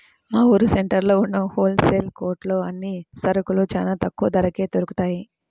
మా ఊరు సెంటర్లో ఉన్న హోల్ సేల్ కొట్లో అన్ని సరుకులూ చానా తక్కువ ధరకే దొరుకుతయ్